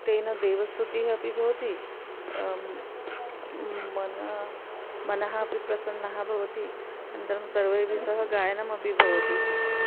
तेन देवस्तुतिः अपि भवति मनः मनः अपि प्रसन्नं भवति अन्तरं सर्वेपि सह गायनमपि भवति